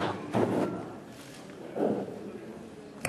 (חברי הכנסת מכבדים בקימה את צאת נשיא המדינה מאולם המליאה.) נא לשבת.